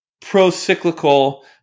pro-cyclical